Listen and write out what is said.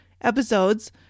episodes